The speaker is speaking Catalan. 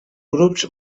grups